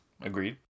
Agreed